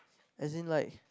as in like